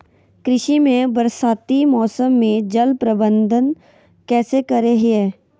कृषि में बरसाती मौसम में जल प्रबंधन कैसे करे हैय?